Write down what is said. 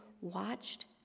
watched